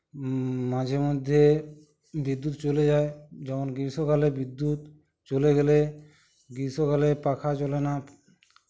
মাঝে মধ্যে বিদ্যুৎ চলে যায় যখন গ্রীষ্মকালে বিদ্যুৎ চলে গেলে গ্রীষ্মকালে পাখা চলে না